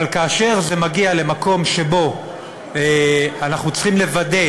אבל כאשר זה מגיע למקום שבו אנחנו צריכים לוודא